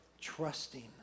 trusting